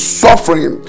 suffering